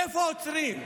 איפה עוצרים?